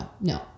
no